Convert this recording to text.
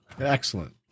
Excellent